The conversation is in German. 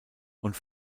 und